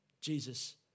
Jesus